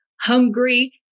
hungry